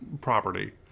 property